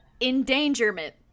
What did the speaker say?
Endangerment